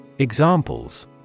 Examples